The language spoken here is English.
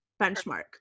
benchmark